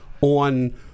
on